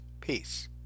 Peace